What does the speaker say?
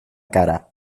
cara